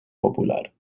popular